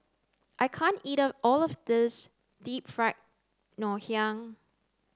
I can't eat all of this deep fried Ngoh Hiang